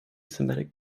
semitic